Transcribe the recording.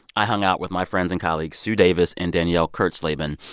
i hung out with my friends and colleagues sue davis and danielle kurtzleben,